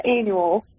annual